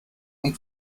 und